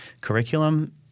curriculum